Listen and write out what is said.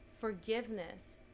forgiveness